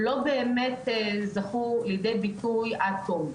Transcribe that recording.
לא באמת זכו לידי ביטוי עד תום,